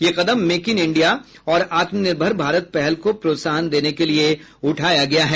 यह कदम make in India और आत्मनिर्भर भारत पहल को प्रोत्साहन देने के लिए उठाया गया है